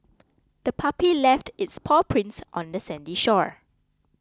the puppy left its paw prints on the sandy shore